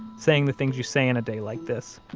saying the things you say in a day like this.